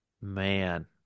Man